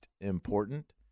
important